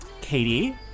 Katie